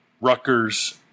Rutgers